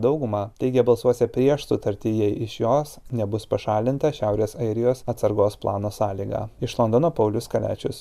daugumą teigė balsuosią prieš sutartį jei iš jos nebus pašalinta šiaurės airijos atsargos plano sąlyga iš londono paulius kaliačius